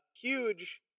huge